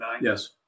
Yes